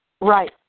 Right